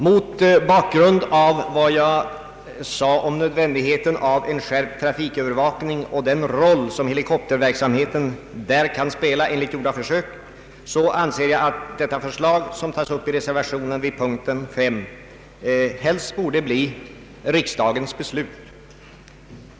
Mot bakgrund av vad jag sade om nödvändigheten av en skärpt trafikövervakning och den roll som helikopterverksamheten där kan spela enligt gjorda försök så anser jag att det förslag som tas upp i reservationen vid punkten 5 helst borde bli riksdagens beslut.